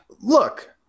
look